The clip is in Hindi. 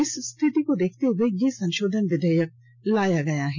इस स्थिति को देखते हुए यह संशोधन विधेयक लाया गया है